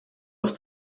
was